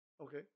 Okay